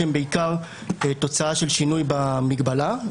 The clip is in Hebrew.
שהם בעיקר תוצאה של שינוי במגבלה.